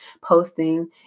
posting